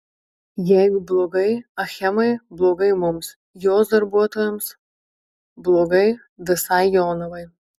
jeigu blogai achemai blogai mums jos darbuotojams blogai visai jonavai